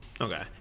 Okay